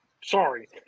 Sorry